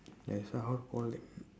that's why how call them